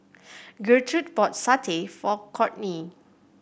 Gertrude bought satay for Courtney